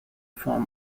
form